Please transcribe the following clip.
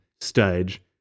stage